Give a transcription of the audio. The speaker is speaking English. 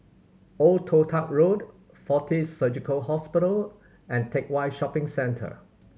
Old Toh Tuck Road Fortis Surgical Hospital and Teck Whye Shopping Centre